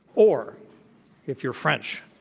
or if you're french.